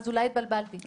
אולי התבלבלתי.